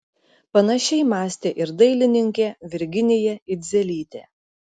panašiai mąstė ir dailininkė virginija idzelytė